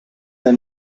the